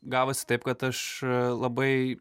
gavosi taip kad aš labai